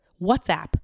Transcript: WhatsApp